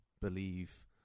believe